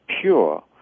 pure